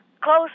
close